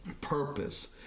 purpose